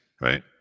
right